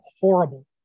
horrible